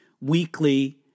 weekly